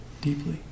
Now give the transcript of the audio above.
deeply